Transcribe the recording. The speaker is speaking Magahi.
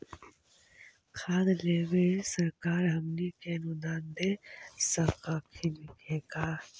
खाद लेबे सरकार हमनी के अनुदान दे सकखिन हे का?